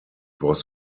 was